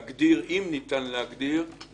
אגב, חלק גדול מהתיקים זה על אותו בן אדם, כמה